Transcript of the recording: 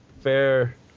fair